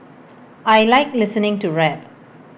I Like listening to rap